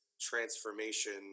transformation